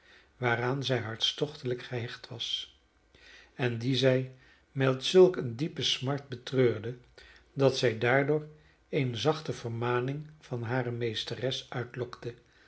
waaraan zij hartstochtelijk gehecht was en die zij met zulk eene diepe smart betreurde dat zij daardoor eene zachte vermaning van hare meesteres uitlokte